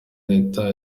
leta